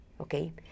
okay